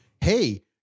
Hey